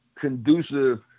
conducive